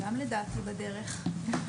לדעתי גם הם בדרך.